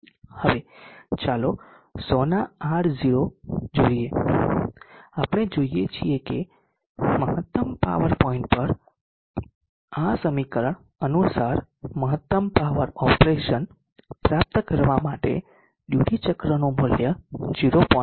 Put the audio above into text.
હવે ચાલો 100 ના R0 જોઈએ આપણે જોઈએ છીએ કે મહત્તમ પાવર પોઇન્ટ પર આ સમીકરણ અનુસાર મહત્તમ પાવર ઓપરેશન પ્રાપ્ત કરવા માટે ડ્યુટી ચક્રનું મૂલ્ય 0